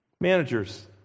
Managers